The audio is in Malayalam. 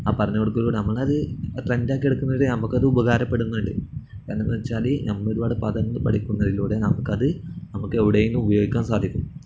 ആ പറഞ്ഞു കൊടുക്കലിലൂടെ നമ്മൾ അത് ട്രെൻഡ ആക്കി എടുക്കുന്നതിലൂടെ നമുക്ക് അത് ഉപകാരപ്പെടുന്നുണ്ട് എന്തകണം എന്നു വച്ചാൽ നമ്മൾ ഒരുപാട് പാഠങ്ങൾ പഠിക്കുന്നതിലൂടെ നമുക്ക് അത് നമുക്ക് അവിടെ നി ന്ന് ഉപയോഗിക്കാൻ സാധിക്കും